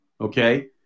Okay